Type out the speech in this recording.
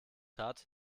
hat